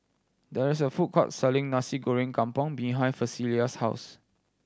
there is a food court selling Nasi Goreng Kampung behind Felicia's house